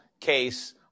case